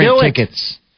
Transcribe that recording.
tickets